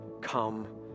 Come